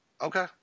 Okay